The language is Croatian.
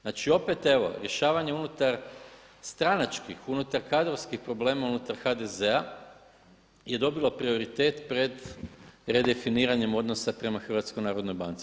Znači opet evo, rješavanje unutarstranačkih, unutar kadrovskih problema unutar HDZ-a je dobilo prioritet pred redefiniranjem odnosa prema HNB-u.